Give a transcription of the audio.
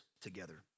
together